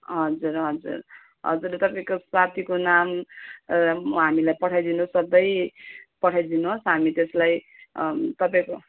हजुर हजुर हजुर तपाईँको साथीको नाम हामीलाई पठाइदिनुहोस् सबै पठाइदिनुहोस् हामी त्यसलाई तपाईँको